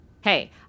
Hey